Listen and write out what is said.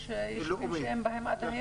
יש ישובים שאין בהם עד היום.